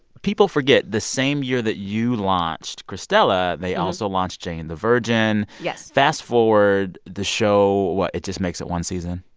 people forget, the same year that you launched cristela, they also launched jane the virgin. yes fast-forward, the show what? it just makes it one season?